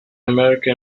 america